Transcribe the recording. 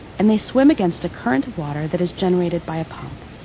and they swim against a current of water that is generated by a pump,